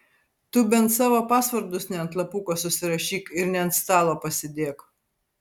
tu bent savo pasvordus ne ant lapuko susirašyk ir ne ant stalo pasidėk